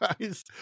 guys